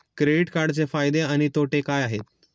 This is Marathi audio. क्रेडिट कार्डचे फायदे आणि तोटे काय आहेत?